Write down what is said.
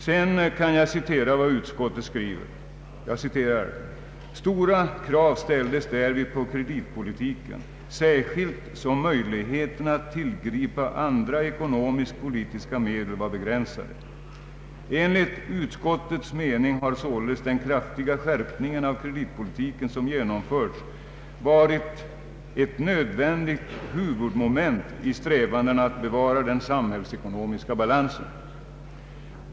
Jag kan citera vad utskottet skriver: ”Stora krav ställdes därvid på kreditpolitiken, särskilt som möjligheterna att tillgripa andra ekonomisk-politiska medel var begränsade. Enligt utskottets mening har således den kraftiga skärpning av kreditpolitiken som genomförts varit ett nödvändigt huvudmoment i strävandena att bevara den samhällsekonomiska balansen.